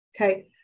Okay